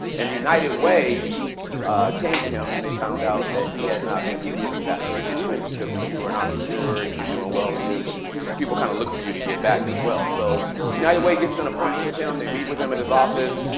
and the united way came to him. and they found out that he had not been giving back to the community, because when you are an entrepreneur and you're doing well in business, people kind of look for you to give back as well. so united way gets an appointment with him. they meet with him at his office.